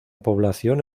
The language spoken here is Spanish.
población